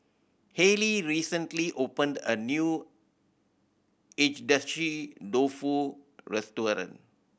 Hayleigh recently opened a new Agedashi Dofu restaurant